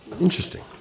Interesting